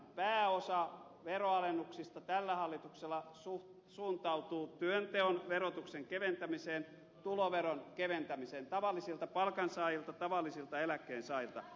pääosa veronalennuksista tällä hallituksella suuntautuu työnteon verotuksen keventämiseen tuloveron keventämiseen tavallisilta palkansaajilta tavallisilta eläkkeensaajilta